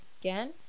again